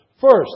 First